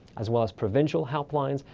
as well as provincial help lines,